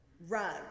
rug